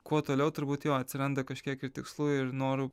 kuo toliau turbūt jo atsiranda kažkiek ir tikslų ir norų